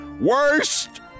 worst